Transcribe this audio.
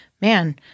man